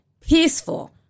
peaceful